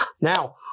Now